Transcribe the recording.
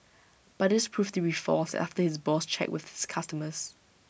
but this proved to be false after his boss checked with the customers